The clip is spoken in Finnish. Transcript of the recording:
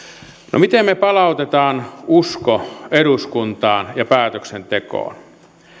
no miten me palautamme uskon eduskuntaan ja päätöksentekoon